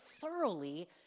thoroughly